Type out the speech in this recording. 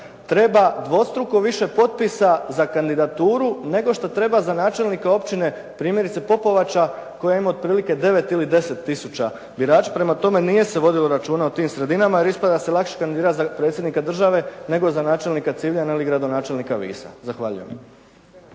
treba dvostruko više potpisa za kandidaturu, nego što treba za načelnika općine, primjerice Popovača koja ima otprilike 9 ili 10 tisuća birača, prema tome nije se vodilo računa o tim sredinama jer ispada da se lakše kandidirati predsjednika države nego za načelnika Civljana ili gradonačelnika Visa. Zahvaljujem.